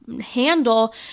handle